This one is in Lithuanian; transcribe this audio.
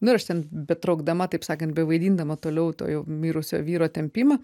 nu ir aš ten betraukdama taip sakant bevaidindama toliau to jau mirusio vyro tempimą